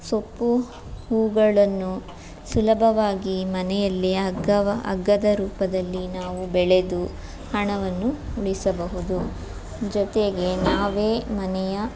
ಸೊಪ್ಪು ಹೂಗಳನ್ನು ಸುಲಭವಾಗಿ ಮನೆಯಲ್ಲೇ ಅಗ್ಗದ ಅಗ್ಗದ ರೂಪದಲ್ಲಿ ನಾವು ಬೆಳೆದು ಹಣವನ್ನು ಉಳಿಸಬಹುದು ಜೊತೆಗೆ ನಾವೇ ಮನೆಯ